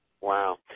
Wow